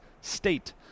State